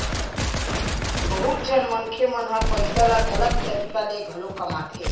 बहुत झन मनखे मन ह पइसा ल गलत तरीका ले घलो कमाथे